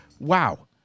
Wow